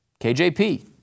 KJP